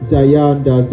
Zayanda